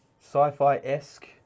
sci-fi-esque